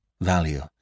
value